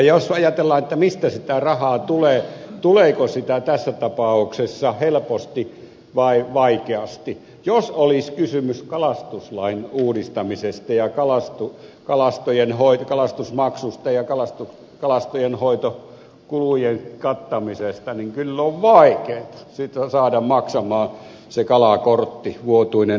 jos ajatellaan mistä sitä rahaa tulee tuleeko sitä tässä tapauksessa helposti vai vaikeasti jos olisi kysymys kalastuslain uudistamisesta ja kalastusmaksusta ja kalastajien kalavesien hoitokulujen kattamisesta niin kyllä on vaikeata heitä saada maksamaan se kalakortti vuotuinen maksu